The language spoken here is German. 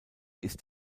ist